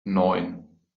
neun